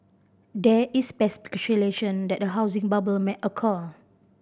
there is speculation that a housing bubble may occur